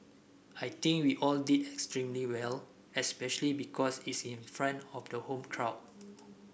I think we all did extremely well especially because it's in front of the home crowd